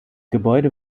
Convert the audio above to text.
gebäude